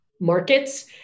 markets